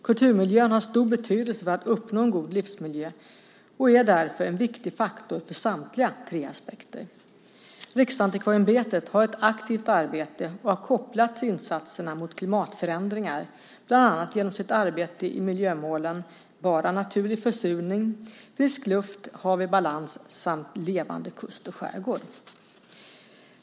Kulturmiljön har stor betydelse för att uppnå en god livsmiljö och är därför en viktig faktor för samtliga tre aspekter. Riksantikvarieämbetet har ett aktivt arbete kopplat till insatserna mot klimatförändringar, bland annat genom sitt arbete i miljömålen Bara naturlig försurning, Frisk luft och Hav i balans samt levande kust och skärgård.